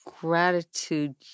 gratitude